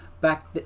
back